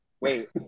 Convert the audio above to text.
Wait